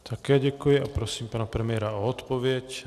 Také děkuji a prosím pana premiéra o odpověď.